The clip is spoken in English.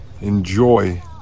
enjoy